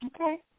Okay